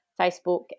Facebook